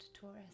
Taurus